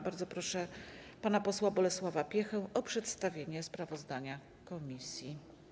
Bardzo proszę pana posła Bolesława Piechę o przedstawienie sprawozdania komisji.